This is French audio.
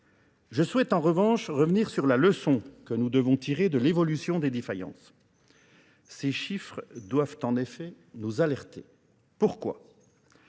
Je souhaite en revanche revenir sur la leçon que nous devons tirer de l'évolution des défaillances. Ces chiffres doivent en effet nous alerter. Pourquoi ?